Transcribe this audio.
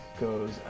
goes